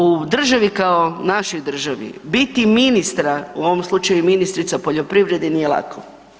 U državi kao našoj državi biti ministra, u ovom slučaju ministrica poljoprivrede, nije lako.